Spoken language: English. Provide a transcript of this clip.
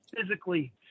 physically